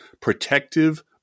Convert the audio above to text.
protective